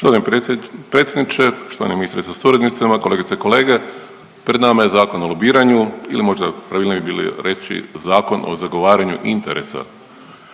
ministre sa suradnicima, kolegice i kolege, pred nama je Zakon o lobiranju ili možda pravilnije bi bilo reći Zakon o zagovaranju interesa.